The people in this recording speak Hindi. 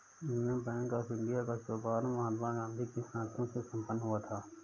यूनियन बैंक ऑफ इंडिया का शुभारंभ महात्मा गांधी के हाथों से संपन्न हुआ था